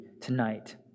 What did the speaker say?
tonight